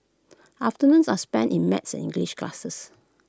afternoons are spent in maths and English classes